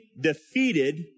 defeated